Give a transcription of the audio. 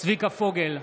צביקה פוגל,